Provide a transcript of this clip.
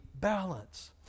balance